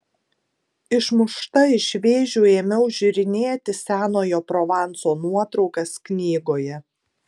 išmušta iš vėžių ėmiau žiūrinėti senojo provanso nuotraukas knygoje